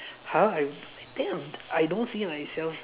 however I think I'm I don't see myself